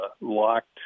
locked